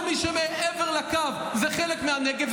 כל מי שמעבר לקו זה חלק מהנגב.